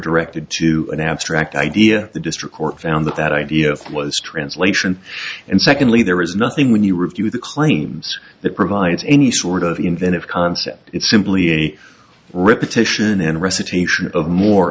directed to an abstract idea the district court found that that idea was translation and secondly there is nothing when you review the claims that provides any sort of inventive concept it's simply a repetition in a recitation of more